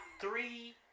Three